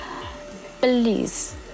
please